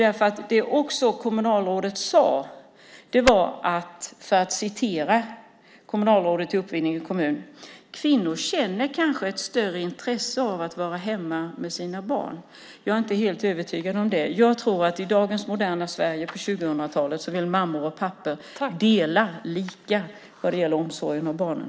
Vad kommunalrådet i Uppvidinge också sade var: Kvinnor känner kanske ett större intresse av att vara hemma med sina barn. Jag är inte helt övertygad om det. Jag tror att i dagens moderna samhälle på 2000-talet vill mammor och pappor dela lika på omsorgen om barnen.